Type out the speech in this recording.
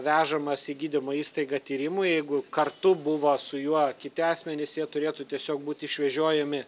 vežamas į gydymo įstaigą tyrimui jeigu kartu buvo su juo kiti asmenys jie turėtų tiesiog būt išvežiojami